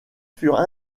furent